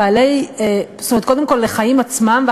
קודם כול לחיים עצמם,